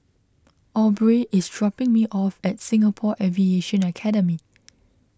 Aubrey is dropping me off at Singapore Aviation Academy